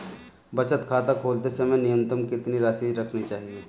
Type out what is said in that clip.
बचत खाता खोलते समय न्यूनतम कितनी राशि रखनी चाहिए?